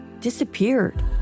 disappeared